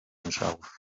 himself